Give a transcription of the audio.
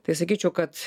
tai sakyčiau kad